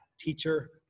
teacher